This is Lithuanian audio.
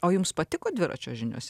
o jums patiko dviračio žiniose